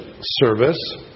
service